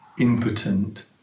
impotent